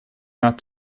not